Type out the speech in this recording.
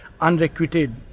unrequited